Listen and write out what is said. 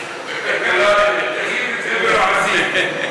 תגיד את זה בלועזית.